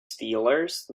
steelers